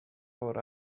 awr